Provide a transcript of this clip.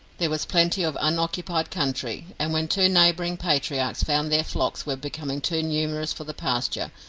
there was plenty of unoccupied country, and when two neighbouring patriarchs found their flocks were becoming too numerous for the pasture,